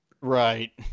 Right